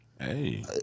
Hey